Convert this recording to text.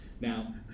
Now